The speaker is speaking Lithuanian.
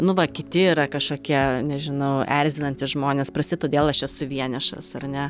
nu va kiti yra kažkokie nežinau erzinantys žmonės prasti todėl aš esu vienišas ar ne